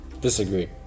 Disagree